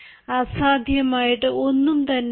അസാധ്യമായിട്ടു ഒന്നും തന്നെയില്ല